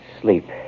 sleep